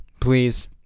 Please